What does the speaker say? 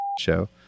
show